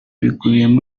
bikubiyemo